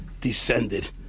descended